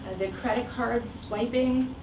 the credit card swiping